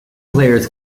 players